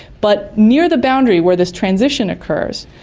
but near the boundary where this transition occurs,